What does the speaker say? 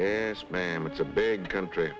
yes ma'am it's a big country